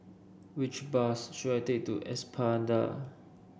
which bus should I take to Espada